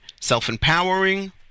self-empowering